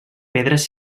pedres